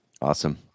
awesome